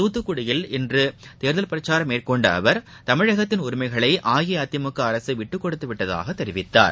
தூத்துக்குடியில் இன்று தேர்தல் பிரச்சாரம் மேற்கொண்ட அவர் தமிழகத்தின் உரிமைகளை அஇஅதிமுக அரசு விட்டுக்கொடுத்து விட்டதாக தெரிவித்தார்